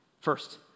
First